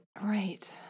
Right